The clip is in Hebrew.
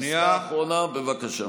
פסקה אחרונה, בבקשה.